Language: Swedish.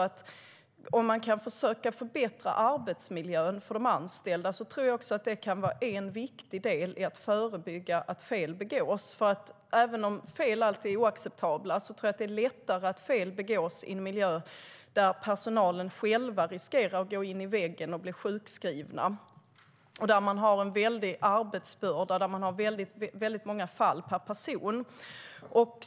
Att försöka förbättra arbetsmiljön för de anställda tror jag kan vara en viktig del i att förebygga att det begås fel. Även om fel alltid är oacceptabla tror jag att det är lättare att fel begås i en miljö där personalen har en stor arbetsbörda med många fall per person och själv riskerar att gå in i väggen och bli sjukskriven.